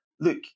look